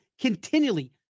continually